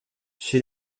chez